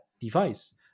device